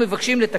לתקן את זה.